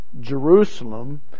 Jerusalem